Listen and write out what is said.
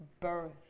birth